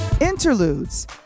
Interludes